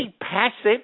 passive